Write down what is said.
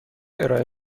ارائه